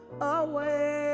away